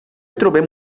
trobem